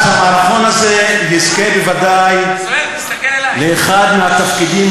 אז המערכון הזה יזכה בוודאי לאחד מהתפקידים